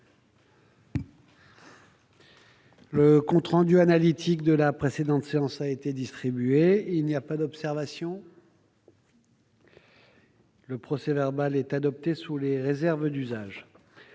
Le compte rendu analytique de la précédente séance a été distribué. Il n'y a pas d'observation ?... Le procès-verbal est adopté sous les réserves d'usage.